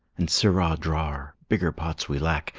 and, sirrah drawer, bigger pots we lack,